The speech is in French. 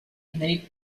année